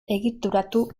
egituratu